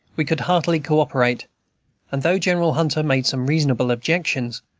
we could heartily co-operate and though general hunter made some reasonable objections,